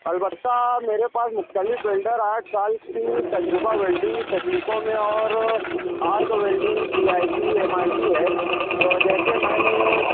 البتہ میرے پاس مختلف ولڈر آٹھ سال سے تجربہ ولڈنگ تکنیکوں میں اور آرک ولڈنگوں P I G M I G ہے اور جیسے میں نے